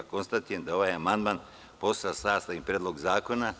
Konstatujem da je ovaj amandman postao sastavni predlog zakona.